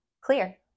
clear